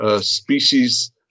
species